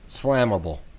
flammable